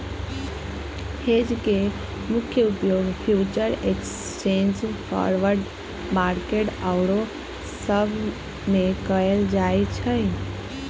hedge के मुख्य उपयोग फ्यूचर एक्सचेंज, फॉरवर्ड मार्केट आउरो सब में कएल जाइ छइ